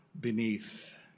beneath